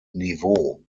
niveau